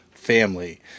family